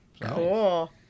Cool